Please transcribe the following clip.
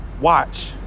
watch